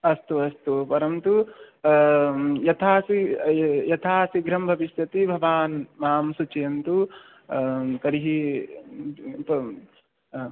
अस्तु अस्तु परन्तु यथासी यथाशीघ्रं भविष्यति भवान् मां सूचयन्तु तर्हि आम्